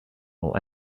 while